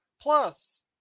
plus